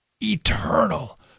eternal